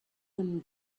them